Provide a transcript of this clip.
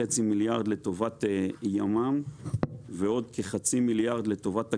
מיליארד לטובת ימ"מ ועוד כ-0.5 מיליארד לטובת תגמולים,